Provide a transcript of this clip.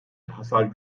hasar